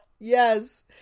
Yes